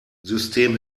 system